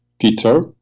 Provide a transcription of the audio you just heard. Peter